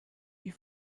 you